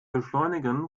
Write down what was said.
beschleunigen